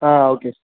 okay